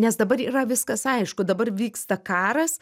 nes dabar yra viskas aišku dabar vyksta karas